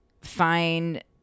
Find